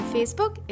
Facebook